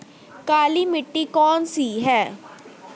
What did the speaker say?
काली मिट्टी कौन सी है?